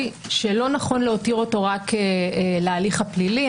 שלא נכון להותיר אותו רק להליך הפלילי.